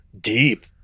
deep